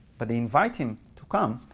but they invite him to come,